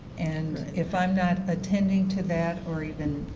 and if i'm not attending to that or even,